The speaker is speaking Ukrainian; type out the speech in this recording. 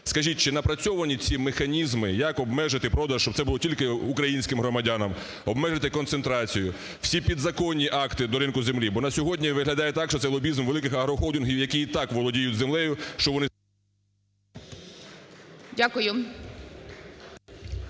Скажіть, чи напрацьовані ці механізми, як обмежити продаж, щоб це було тільки українським громадянам, обмежити концентрацію, всі підзаконні акти до ринку землі? Бо на сьогодні виглядає так, що це лобізм великих агрохолдингів, які і так володіють землею… ГОЛОВУЮЧИЙ. Дякую.